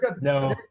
No